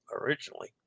originally